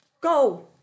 Go